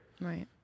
Right